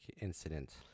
incident